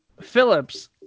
Phillips